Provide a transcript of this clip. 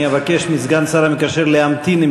אני אבקש מסגן השר המקשר להמתין עם